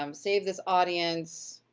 um save this audience,